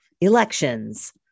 elections